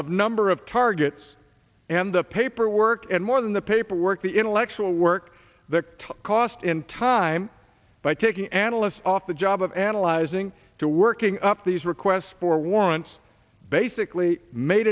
of number of targets and the paperwork and more than the paperwork the intellectual work the cost in time by taking analysts off the job of analyzing to working up these requests for warrants basically made